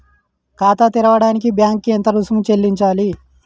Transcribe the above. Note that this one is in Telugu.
ఖాతా తెరవడానికి బ్యాంక్ కి ఎంత రుసుము చెల్లించాలి?